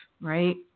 right